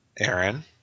Aaron